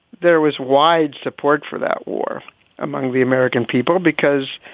there was wide support for that war among the american people because,